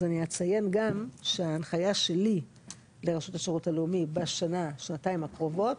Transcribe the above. אז אני אציין גם שההנחיה שלי לרשות השרות הלאומית בשנה שנתיים הקרובות,